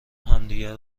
همدیگه